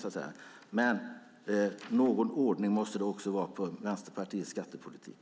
Någon ordning måste det dock vara på Vänsterpartiets skattepolitik.